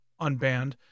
unbanned